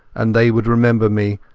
and they would remember me,